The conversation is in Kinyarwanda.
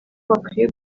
bakwiye